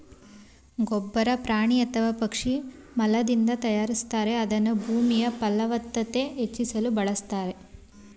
ಗೊಬ್ಬರ ಪ್ರಾಣಿ ಅಥವಾ ಪಕ್ಷಿ ಮಲದಿಂದ ತಯಾರಿಸ್ತಾರೆ ಇದನ್ನ ಭೂಮಿಯಫಲವತ್ತತೆ ಹೆಚ್ಚಿಸಲು ಬಳುಸ್ತಾರೆ